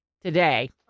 today